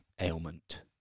ailment